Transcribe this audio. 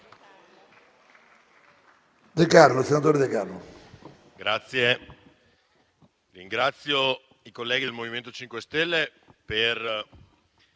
Grazie